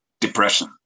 depression